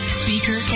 speaker